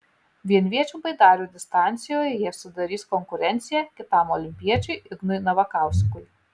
vienviečių baidarių distancijoje jie sudarys konkurenciją kitam olimpiečiui ignui navakauskui